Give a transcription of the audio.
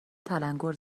تلنگور